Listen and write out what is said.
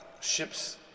ship's